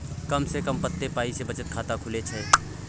कम से कम कत्ते पाई सं बचत खाता खुले छै?